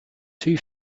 two